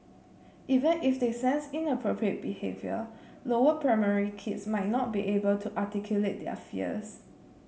even if they sense inappropriate behaviour lower primary kids might not be able to articulate their fears